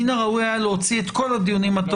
מן הראוי היה להוציא את כל הדיונים עד